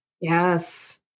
Yes